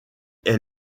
est